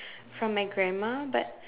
from my grandma but